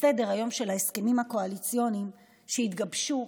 בסדר-היום של ההסכמים הקואליציוניים שהתגבשו